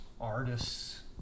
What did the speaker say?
artists